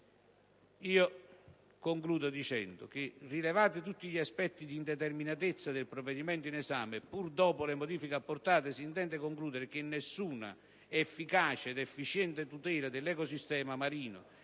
intervento dicendo che, rilevati gli aspetti di indeterminatezza del provvedimento in esame, pur dopo le modifiche apportate, si intende concludere che nessuna efficace ed efficiente tutela dell'ecosistema marino